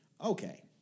Okay